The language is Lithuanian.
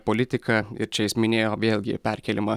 politiką ir čia jis minėjo vėlgi perkėlimą